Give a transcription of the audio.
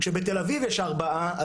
כשבתל-אביב יש ארבעה,